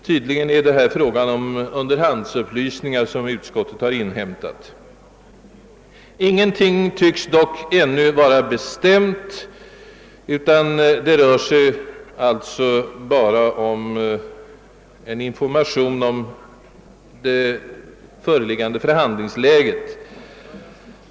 Tydligen är det härvid fråga om underhandsupplysningar, som utskottet inhämtat. Ingenting tycks dock ännu vara bestämt, och det rör sig sålunda i utlåtandet endast om information om det föreliggande förhandlingsläget.